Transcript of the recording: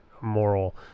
moral